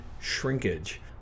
shrinkage